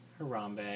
Harambe